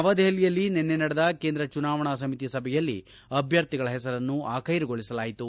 ನವದೆಪಲಿಯಲ್ಲಿ ನಿನ್ನೆ ನಡೆದ ಕೇಂದ್ರ ಚುನಾವಣಾ ಸಮಿತಿ ಸಭೆಯಲ್ಲಿ ಅಭ್ವರ್ಧಿಗಳ ಹೆಸರನ್ನು ಆಖ್ವೆರುಗೊಳಿಸಲಾಯಿತು